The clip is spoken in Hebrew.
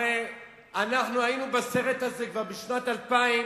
הרי אנחנו היינו בסרט הזה כבר בשנת 2000,